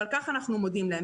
ועל כך אנחנו מודים להם.